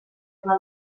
pla